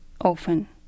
Often